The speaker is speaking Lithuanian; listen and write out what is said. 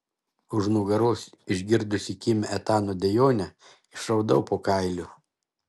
už nugaros išgirdusi kimią etano dejonę išraudau po kailiu